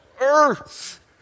Earth